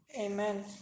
Amen